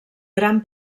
gran